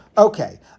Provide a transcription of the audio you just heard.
Okay